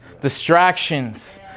distractions